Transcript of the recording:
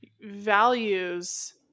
Values